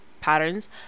patterns